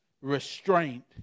restraint